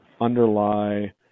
underlie